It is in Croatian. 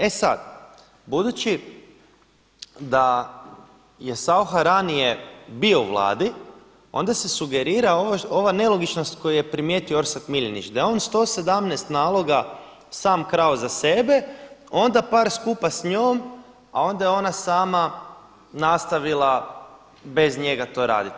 E sad, budući da je Saucha ranije bio u Vladi onda se sugerira ova nelogičnost koju je primijetio Orsat Miljenić, da je on 117 naloga sam krao za sebe, onda par skupa s njom, a onda je ona sama nastavila bez njega to raditi.